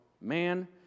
Man